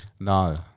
No